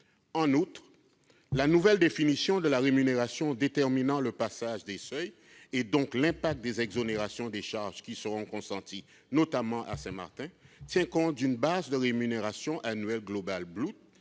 En outre, la nouvelle définition de la rémunération déterminant le franchissement des seuils, donc l'impact des exonérations de charges qui seront consenties, notamment à Saint-Martin, tient compte d'une base de rémunération annuelle globale brute